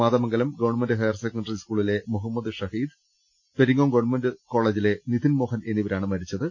Mathamangalam government higher secondary സ്കൂളിലെ Muhammad Shaheed Peringome government കോളേജിലെ നിധിൻ മോഹൻ എന്നിവരാണ് മരിച്ചത്